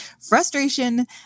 frustration